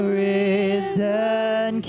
risen